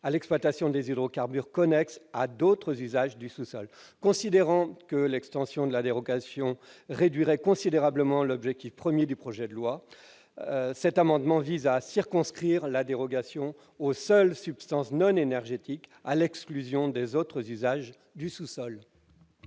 à l'exploitation des hydrocarbures connexes à d'autres usages du sous-sol. Nous considérons que l'extension de la dérogation réduirait considérablement l'ambition première du projet de loi. Cet amendement vise donc à circonscrire la dérogation aux seules substances non énergétiques, à l'exclusion des autres usages du sous-sol.